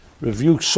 review